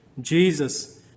Jesus